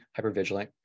hypervigilant